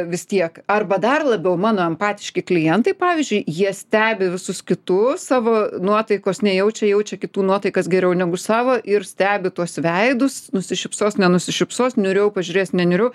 vis tiek arba dar labiau mano empatiški klientai pavyzdžiui jie stebi visus kitus savo nuotaikos nejaučia jaučia kitų nuotaikas geriau negu savo ir stebi tuos veidus nusišypsos nenusišypsos niūriau pažiūrės neniūriau